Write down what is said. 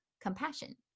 compassion